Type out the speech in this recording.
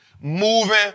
moving